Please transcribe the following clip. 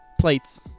Plates